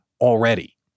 already